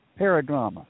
Paradrama